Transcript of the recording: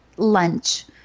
lunch